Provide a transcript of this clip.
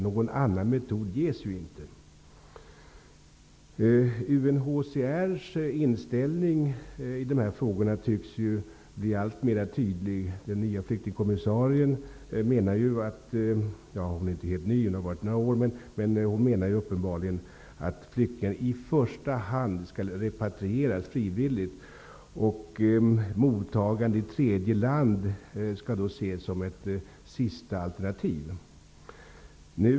UNHCR:s inställning i dessa frågor tycks bli alltmer tydlig. Den nya flyktingkommissarien -- hon är inte helt ny -- menar uppenbarligen att flyktingar i första hand skall repatrieras frivilligt och att mottagande i tredje land skall ses som ett sista alternativ.